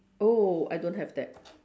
oh I don't have that